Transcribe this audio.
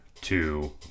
two